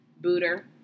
Booter